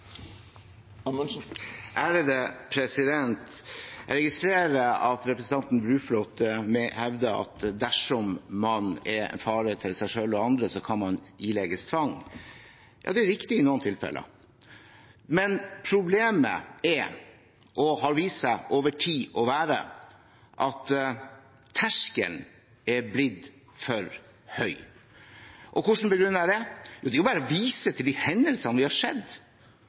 tvang. Ja, det er riktig i noen tilfeller, men problemet er, og har vist seg over tid å være, at terskelen er blitt for høy. Hvordan begrunner jeg det? Jo, det er bare å vise til de hendelsene vi har